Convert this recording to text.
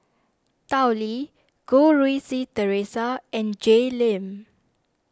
Tao Li Goh Rui Si theresa and Jay Lim